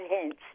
hints